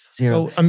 Zero